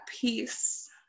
peace